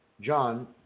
John